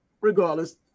regardless